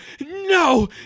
no